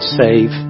save